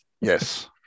yes